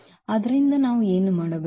ಆದ್ದರಿಂದ ನಾವು ಏನು ಮಾಡಬೇಕು